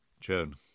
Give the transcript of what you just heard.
Joan